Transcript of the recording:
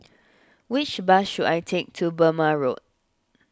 which bus should I take to Burmah Road